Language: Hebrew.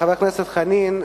חבר הכנסת חנין,